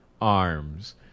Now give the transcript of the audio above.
arms